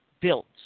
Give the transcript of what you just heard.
built